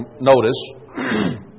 notice